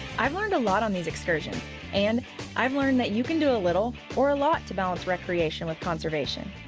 i've learned a lot on these excursions and i've learned that you can do a little or a lot to balance recreation with conservation.